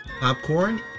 popcorn